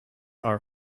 are